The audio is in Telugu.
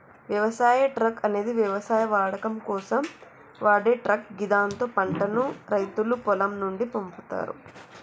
వ్యవసాయ ట్రక్ అనేది వ్యవసాయ వాడకం కోసం వాడే ట్రక్ గిదాంతో పంటను రైతులు పొలం నుండి పంపుతరు